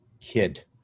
kid